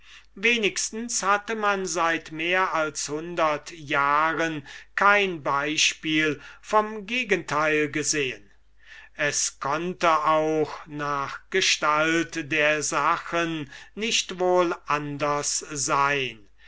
wenigstens hatte man seit mehr als hundert jahren kein beispiel vom gegenteil gesehen es konnte auch nach gestalt der sachen nicht wohl anders sein